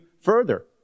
further